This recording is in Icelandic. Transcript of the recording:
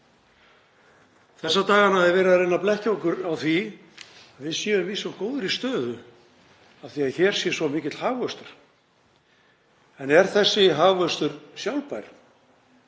Þessa dagana er verið að reyna að blekkja okkur með því við séum í svo góðri stöðu af því að hér sé svo mikill hagvöxtur. En er þessi hagvöxtur sjálfbær?